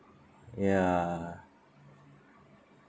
ya